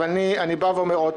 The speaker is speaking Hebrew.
אני אומר שוב